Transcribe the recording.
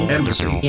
Embassy